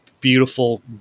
beautiful